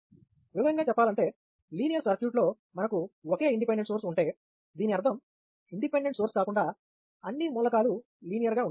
వివరంగా చెప్పాలంటే లీనియర్ సర్క్యూట్లో మనకు ఒకే ఇండిపెండెంట్ సోర్స్ ఉంటే దీని అర్థం ఇండిపెండెంట్ సోర్స్ కాకుండా అన్ని మూలకాలు లీనియర్ గా ఉంటాయి